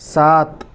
سات